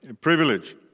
privilege